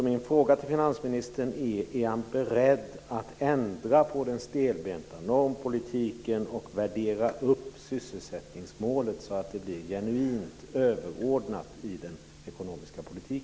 Min fråga till finansministern är alltså om han är beredd att ändra på den stelbenta normpolitiken och värdera upp sysselsättningsmålet så att det blir genuint överordnat i den ekonomiska politiken.